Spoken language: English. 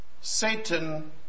Satan